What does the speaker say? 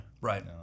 Right